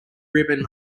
ribbon